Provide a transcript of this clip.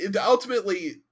Ultimately